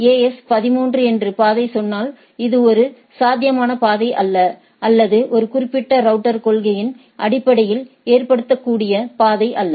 as 13 என்று பாதை சொன்னால் இது ஒரு சாத்தியமான பாதை அல்ல அல்லது இந்த குறிப்பிட்ட ரவுட்டர் கொள்கையின் அடிப்படையில் ஏற்றுக்கொள்ளக்கூடிய பாதை அல்ல